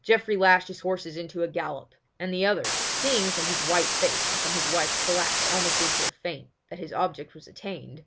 geoffrey lashed his horses into a gallop, and the other, seeing from his white face and from his wife's collapse almost into a faint that his object was attained,